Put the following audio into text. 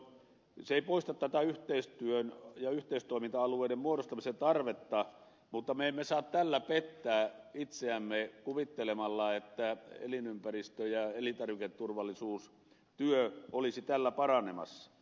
se ei poista yhteistyön ja yhteistoiminta alueiden muodostamisen tarvetta mutta me emme saa tällä pettää itseämme kuvittelemalla että elinympäristö ja elintarviketurvallisuustyö olisi tällä paranemassa